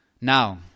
Now